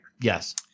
yes